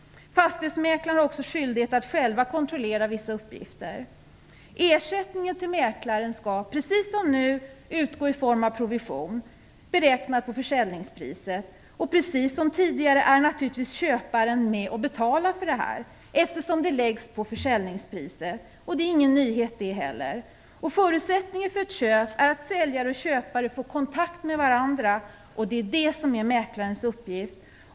Fastighetsmäklaren har också skyldighet att själv kontrollera vissa uppgifter. Ersättningen till mäklaren skall, precis som nu, utgå i form av provision beräknad på försäljningspriset. Precis som tidigare är naturligtvis köparen med och betalar det, eftersom det läggs på försäljningspriset. Det är ingen nyhet. Förutsättning för ett köp är att säljare och köpare får kontakt med varandra. Det är detta som är mäklarens uppgift.